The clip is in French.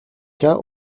cas